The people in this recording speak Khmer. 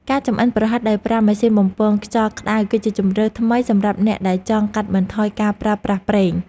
ការចម្អិនប្រហិតដោយប្រើម៉ាស៊ីនបំពងខ្យល់ក្តៅគឺជាជម្រើសថ្មីសម្រាប់អ្នកដែលចង់កាត់បន្ថយការប្រើប្រាស់ប្រេង។